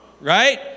right